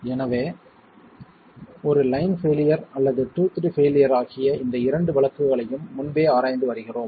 எனவே ஒரு line failure அல்லது டூத்ட் பெயிலியர் ஆகிய இந்த இரண்டு வழக்குகளையும் முன்பே ஆராய்ந்து வருகிறோம்